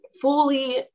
fully